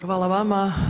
Hvala vama.